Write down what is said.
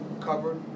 covered